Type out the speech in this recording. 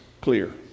clear